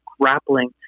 grappling